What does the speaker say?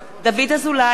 דוד אזולאי,